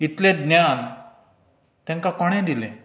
इतलें ज्ञान तेंकां कोणे दिलें